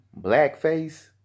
blackface